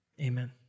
Amen